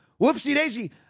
Whoopsie-daisy